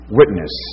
witness